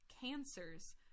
Cancers